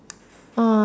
hmm